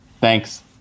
Thanks